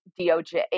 DOJ